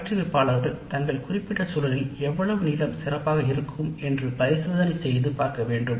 பயிற்றுனர்கள் தங்கள் குறிப்பிட்ட சூழலில் எவ்வளவு நீளம் சிறப்பாக இருக்கும் என்று பரிசோதனை செய்து பார்க்க வேண்டும்